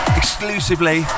exclusively